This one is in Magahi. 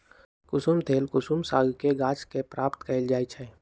कुशुम तेल कुसुम सागके गाछ के प्राप्त कएल जाइ छइ